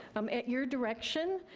um at your direction,